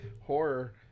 horror